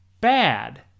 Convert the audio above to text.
bad